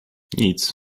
nic